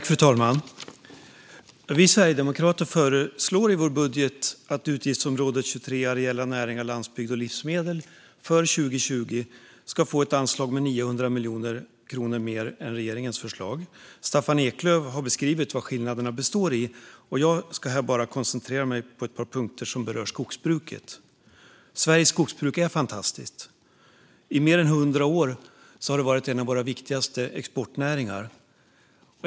Fru talman! Vi sverigedemokrater föreslår i vår budget att utgiftsområde 23 Areella näringar, landsbygd och livsmedel för år 2020 ska få ett anslag om 900 miljoner kronor mer än regeringens förslag. Staffan Eklöf har beskrivit vad skillnaderna består i, och jag ska här bara koncentrera mig på ett par punkter som rör skogsbruket. Sveriges skogsbruk är fantastiskt. I mer än hundra år har det varit en av våra viktigaste exportnäringar.